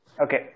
Okay